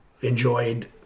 enjoyed